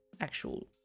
actual